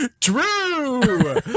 true